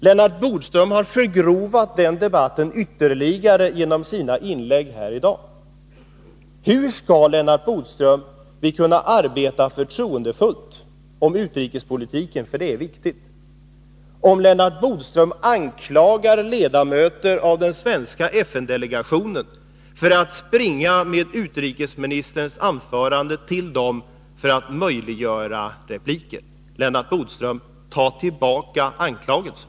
Lennart Bodström har förgrovat den debatten ytterligare genom sina inlägg här i dag. Hur skall vi, Lennart Bodström, kunna arbeta förtroendefullt med utrikespolitiken — för det är viktigt — om Lennart Bodström anklagar ledamöter av den svenska FN-delegationen för att springa med utrikesministerns anföranden till andra för att möjliggöra repliker? Lennart Bodström, ta tillbaka anklagelsen!